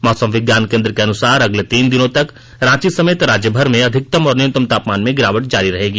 मौसम विज्ञान केन्द्र के अनुसार अगले तीन दिनों तक रांची समेत राज्य भर में अधिकतम और न्यूनतम तापमान में गिरावट जारी रहेगी